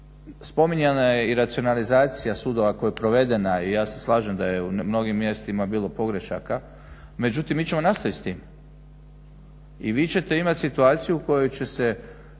spominjana je i racionalizacija sudova koja je provedena i ja se slažem da je u mnogim mjestima bilo pogrešaka. Međutim mi ćemo nastaviti s tim. I vi ćete imati situaciju u kojima će